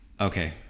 okay